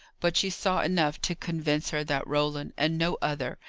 but she saw enough to convince her that roland, and no other,